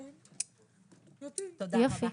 תודה רבה.